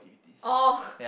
oh